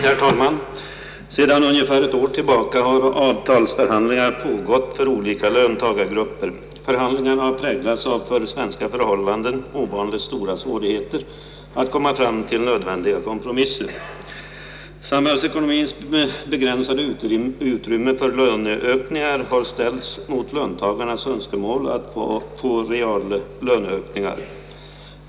Herr talman! Sedan ungefär ett år tillbaka har avtalsförhandlingar pågått för olika löntagargrupper. Förhandlingarna har präglats av för svenska förhållanden ovanligt stora svårigheter att komma fram till nödvändiga kompromisser. Samhällsekonomiens begränsade utrymme för löneökningar har ställts mot löntagarnas önskemål om att få reallöneökningar.